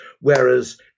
whereas